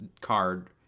card